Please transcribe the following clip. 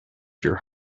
your